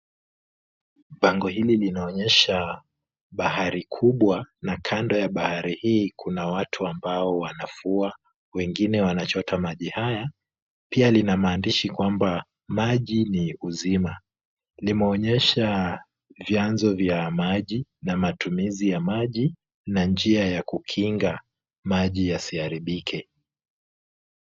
Bango hili linaonyesha bahari kubwa na kando ya bahari hli, kuna watu ambao wanafua, wengine wananchota maji haya. Pia lina maandishi kwamba maji ni uzima. Limeonyesha vyanzo vya maji na matumizi ya maji na njia ya kukinga maji yasiharibike.